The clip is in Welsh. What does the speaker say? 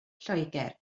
lloegr